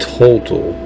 total